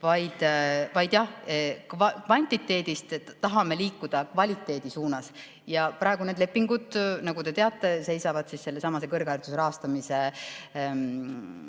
Jah, kvantiteedist tahame liikuda kvaliteedi suunas. Praegu need lepingud, nagu te teate, seisavad sellesama kõrghariduse rahastamise